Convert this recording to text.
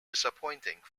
disappointing